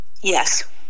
Yes